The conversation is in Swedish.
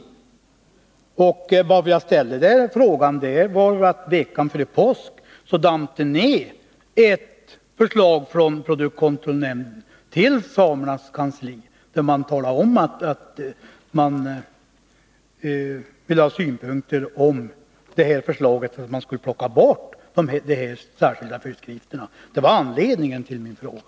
Anledningen till att jag ställde den frågan var att det veckan före påsk på Samernas riksförbunds kansli damp ner ett förslag från produktkontrollnämnden som man ville ha synpunkter på. Där föreslogs att man skulle plocka bort dessa särskilda föreskrifter. Det var anledningen till min fråga.